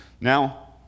now